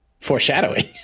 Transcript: Foreshadowing